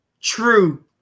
true